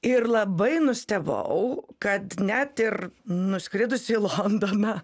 ir labai nustebau kad net ir nuskridus į londoną